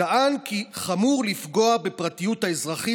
טען כי "חמור לפגוע בפרטיות האזרחים